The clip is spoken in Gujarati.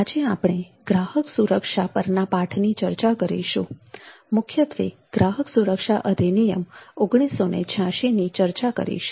આજે આપણે ગ્રાહક સુરક્ષા પરના પાઠ ની ચર્ચા કરીશું અને મુખ્યત્વે ગ્રાહક સુરક્ષા અધિનિયમ ૧૯૮૬ ની ચર્ચા કરીશું